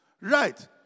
Right